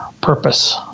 purpose